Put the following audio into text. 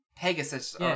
Pegasus